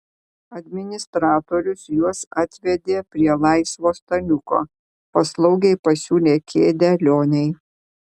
administratorius juos atvedė prie laisvo staliuko paslaugiai pasiūlė kėdę lionei